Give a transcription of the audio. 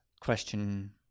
Question